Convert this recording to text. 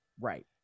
Right